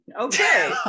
Okay